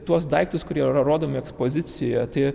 tuos daiktus kurie rodomi ekspozicijoje tai